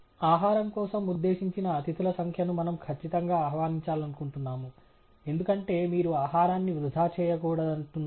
ఆహారం కోసం ఉద్దేశించిన అతిథుల సంఖ్యను మనము ఖచ్చితంగా ఆహ్వానించాలనుకుంటున్నాము ఎందుకంటే మీరు ఆహారాన్ని వృథా చేయకూడదనుకుంటున్నారు